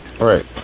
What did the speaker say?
right